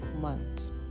months